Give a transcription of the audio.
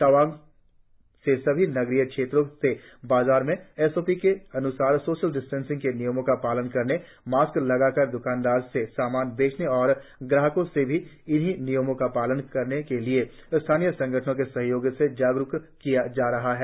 तवांग से सभी नगरीय क्षेत्रों के बाजारों में एस ओ पी के अन्सार सशोल डिस्टेंसिंग के नियमों का पालन करने मास्क लगाकर ही द्रकानदारों से सामान बेचने और ग्रहकों से भी इस नियम का पालन करने के लिए स्थानीय संगठनों के सहयोग से जाग़रुक किया जा रहा है